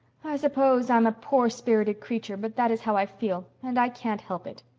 i suppose i'm a poor-spirited creature, but that is how i feel. and i can't help it.